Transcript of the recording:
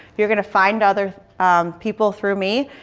you're going to find other people through me,